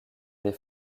des